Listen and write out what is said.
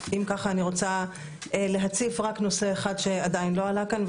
אני רוצה להציף רק נושא אחד שעדיין לא עלה כאן,